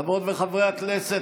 חברות וחברי הכנסת,